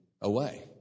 away